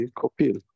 copil